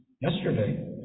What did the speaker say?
Yesterday